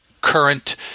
current